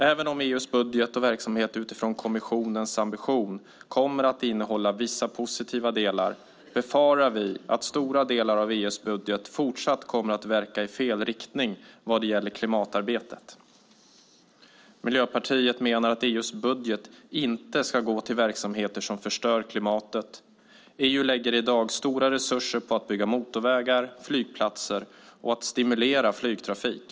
Även om EU:s budget och verksamhet utifrån kommissionens ambition kommer att innehålla vissa positiva delar befarar vi att stora delar av EU:s budget fortsatt verkar i fel riktning när det gäller klimatarbetet. Miljöpartiet menar att EU:s budgetpengar inte ska gå till verksamheter som förstör klimatet. EU lägger i dag stora resurser på att bygga motorvägar och flygplatser och på att stimulera flygtrafik.